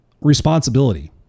Responsibility